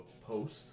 post